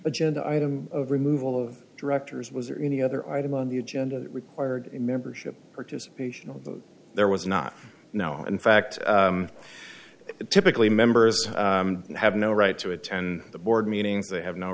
agenda item of removal of directors was there any other item on the agenda that required membership participation although there was not now in fact typically members have no right to attend the board meetings they have no